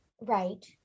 Right